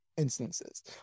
Instances